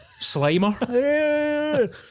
Slimer